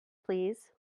please